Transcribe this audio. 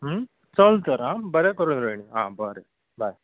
चल तर आं बरें करून रोहिनी हां बरें बाय